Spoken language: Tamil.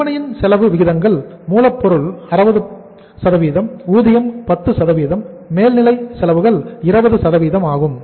விற்பனையின் செலவு விகிதங்கள் மூலப்பொருள் 60 ஊதியம் 10 மேல்நிலை செலவுகள் 20 ஆகும்